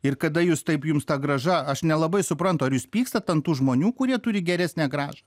ir kada jūs taip jums ta grąža aš nelabai suprantu ar jūs pykstat ant tų žmonių kurie turi geresnę grąžą